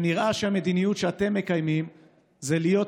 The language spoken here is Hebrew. שנראה שהמדיניות שאתם מקיימים זה להיות